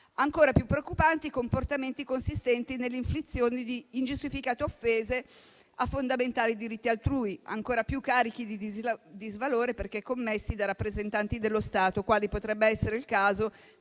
Ancora più preoccupanti sono i comportamenti consistenti nell'inflizione di ingiustificate offese a fondamentali diritti altrui, ancora più carichi di disvalore perché commessi da rappresentanti dello Stato, quale potrebbe essere il caso del